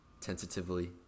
tentatively